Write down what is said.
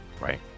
right